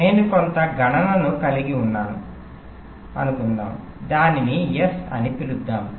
నేను కొంత గణనను కలిగి ఉన్నానని అనుకుందాం దానిని S అని పిలుద్దాం